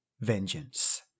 Vengeance